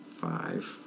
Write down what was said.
five